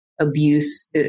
Abuse